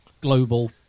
global